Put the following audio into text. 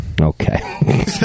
Okay